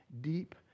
deep